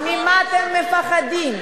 אז ממה אתם מפחדים?